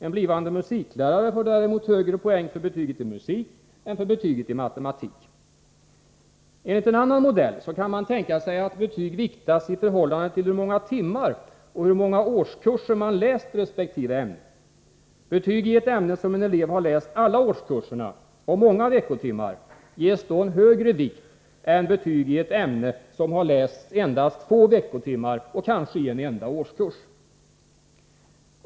En blivande musiklärare får däremot högre poäng för betyget i musik än för betyget i matematik. Enligt en annan modell kan man tänka sig att betyg viktas i förhållande till hur många timmar och hur många årskurser man läst resp. ämne. Betyg i ett ämne som en elev har läst alla årskurserna och många veckotimmar ges då en högre vikt än betyg i ett ämne som har lästs endast få veckotimmar och kanske under en enda årskurs.